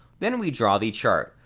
then we draw the chart.